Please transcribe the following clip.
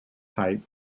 type